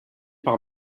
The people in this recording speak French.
par